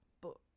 book